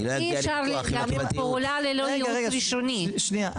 אני לא אגיע לניתוח אם לא קיבלתי ייעוץ.